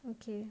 okay